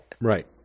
Right